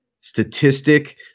statistic